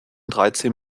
dreizehn